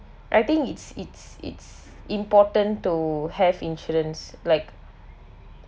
I think it's it's it's important to have insurance like